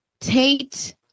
Tate